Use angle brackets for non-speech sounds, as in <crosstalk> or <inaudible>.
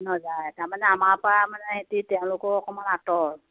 <unintelligible> তাৰমানে আমাৰ পৰা মানে <unintelligible> তেওঁলোকৰ অকণমান আঁতৰ